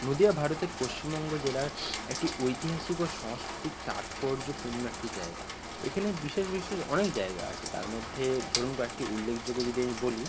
নদিয়া ভারতের পশ্চিমবঙ্গ জেলার একটি ঐতিহাসিক ও সংস্কৃতিক তাৎপর্যপূর্ণ একটি জায়গা এখানে বিশেষ বিশেষ অনেক জায়গা আছে তার মধ্যে ধরুন কয়েকটি উল্লেখযোগ্য যদি আমি বলি